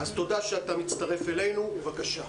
תודה שאתה מצטרף אלינו, בבקשה.